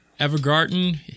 Evergarden